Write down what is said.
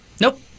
Nope